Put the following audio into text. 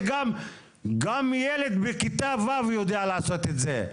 גם ילד בכיתה ו' יודע לעשות את זה,